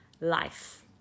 life